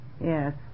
Yes